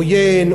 עוין,